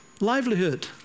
livelihood